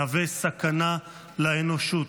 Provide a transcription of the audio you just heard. מהווה סכנה לאנושות.